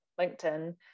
LinkedIn